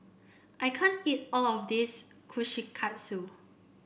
I can't eat all of this Kushikatsu